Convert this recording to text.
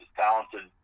talented